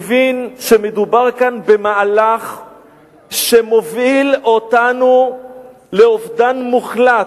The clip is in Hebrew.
מבין שמדובר כאן במהלך שמוביל אותנו לאובדן מוחלט.